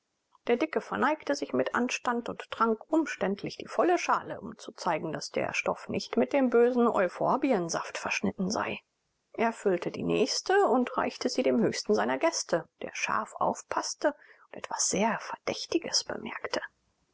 der dicke verneigte sich mit anstand und trank umständlich die volle schale um zu zeigen daß der stoff nicht mit dem bösen euphorbiensaft verschnitten sei er füllte die nächste und reichte sie dem höchsten seiner gäste der scharf aufpaßte und etwas sehr verdächtiges bemerkte